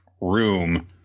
room